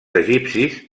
egipcis